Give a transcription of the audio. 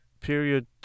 period